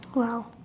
!wow!